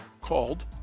called